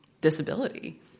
disability